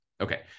Okay